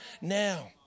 now